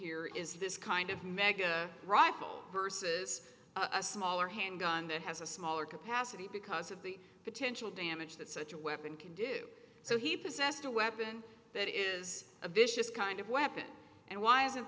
here is this kind of mega rifle versus a smaller handgun that has a smaller capacity because of the potential damage that such a weapon can do so he possessed a weapon that is a vicious kind of weapon and why is